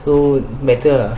so manual ah